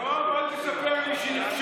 יואב, אל תספר לי שנכשלתי.